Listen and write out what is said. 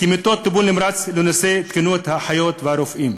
כמיטות טיפול נמרץ בנושא תקינות האחיות והרופאים.